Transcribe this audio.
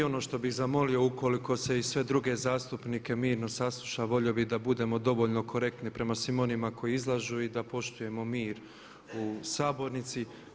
Ono što bih zamolio ukoliko se i sve druge zastupnike mirno saslušalo volio bih da budemo dovoljno korektni prema svima onima koji izlažu i da poštujemo mir u sabornici.